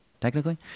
technically